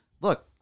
look